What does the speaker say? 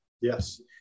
yes